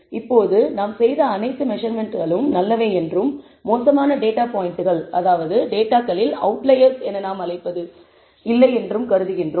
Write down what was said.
இப்போது நாம் செய்த அனைத்து மெஸர்மென்ட்ஸ்களும் நல்லவை என்றும் மோசமான டேட்டா பாயிண்ட்கள் அதாவது டேட்டாகளில் அவுட்லையெர்ஸ் என நாம் அழைப்பது இல்லை என்றும் கருதுகிறோம்